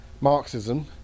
Marxism